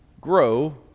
grow